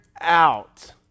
out